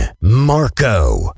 Marco